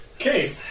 Okay